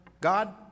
God